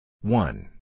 one